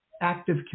active